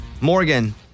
Morgan